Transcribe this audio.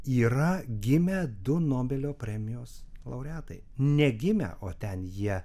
yra gimę du nobelio premijos laureatai ne gimę o ten jie